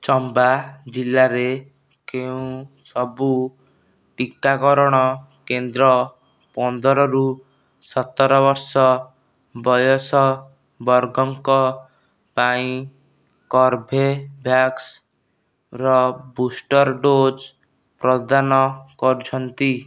ଚମ୍ବା ଜିଲ୍ଲାରେ କେଉଁ ସବୁ ଟିକାକରଣ କେନ୍ଦ୍ର ପନ୍ଦର ରୁ ସତର ବର୍ଷ ବୟସ ବର୍ଗଙ୍କ ପାଇଁ କର୍ବେଭ୍ୟାକ୍ସର ବୁଷ୍ଟର ଡୋଜ୍ ପ୍ରଦାନ କରୁଛନ୍ତି